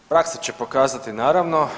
Praksa će pokazati naravno.